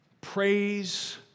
Praise